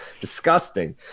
Disgusting